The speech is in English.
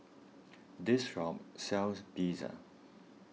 this shop sells Pizza